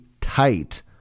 tight